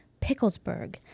Picklesburg